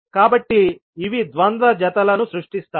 కాబట్టి ఇవి ద్వంద్వ జతలను సృష్టిస్తాయి